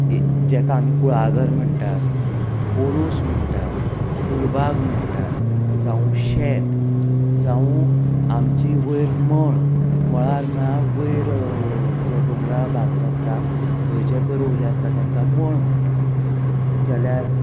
जेका आमी कुळागर म्हणटात पोरूंस म्हणटात फुलबाग म्हणटात जावूं शेत जावूं आमची वयर मळ मळार म्हळ्यार वयर जो दोंगराळ भाग जो आसता थंयचे पय रोंवले आसता तेंकां मळ म्हणटात